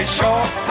short